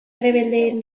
errebeldeen